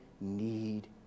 need